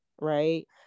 right